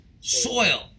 soil